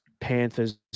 panthers